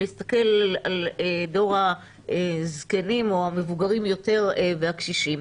להסתכל על דור הזקנים או המבוגרים יותר והקשישים.